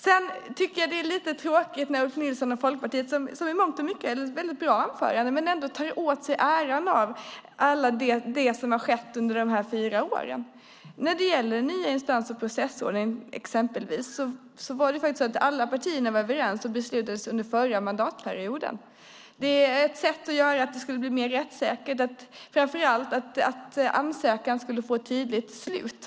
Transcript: Sedan tycker jag att det är lite tråkigt när Ulf Nilsson, som i mångt och mycket gav ett väldigt bra anförande, och Folkpartiet tar åt sig äran för allt det som har skett under de här fyra åren. När det gäller exempelvis den nya instans och processordningen var alla partierna överens och beslutade detta under förra mandatperioden. Det var ett sätt att göra det mer rättssäkert och framför allt att ansökan skulle få ett tydligt slut.